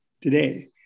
today